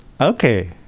okay